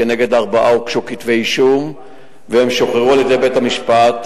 כנגד ארבעה הוגשו כתבי-אישום והם שוחררו על-ידי בית-המשפט,